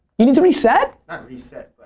you need to reset? not reset.